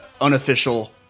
unofficial